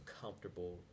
comfortable